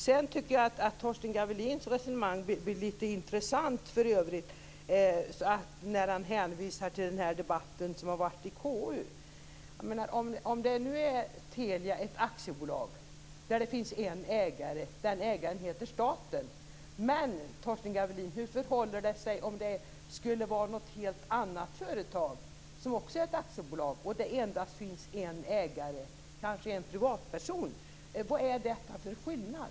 Sedan tycker jag att Torsten Gavelins resonemang blir litet intressant när han hänvisar till den debatt som har varit i KU. Telia är ju ett aktiebolag där det finns en ägare, och den ägaren heter staten. Men, Torsten Gavelin, hur förhåller det sig om det skulle vara ett helt annat företag som också var ett aktiebolag där det endast fanns en ägare - kanske en privatperson? Vad är det för skillnad?